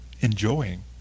enjoying